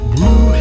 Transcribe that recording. Blue